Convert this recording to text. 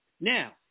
Now